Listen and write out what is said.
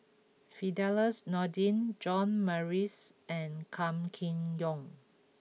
Firdaus Nordin John Morrice and Kam Kee Yong